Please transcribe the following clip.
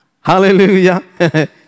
Hallelujah